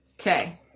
Okay